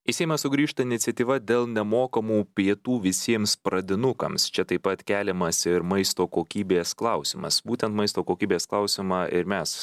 į seimą sugrįžta iniciatyva dėl nemokamų pietų visiems pradinukams čia taip pat keliamas ir maisto kokybės klausimas būtent maisto kokybės klausimą ir mes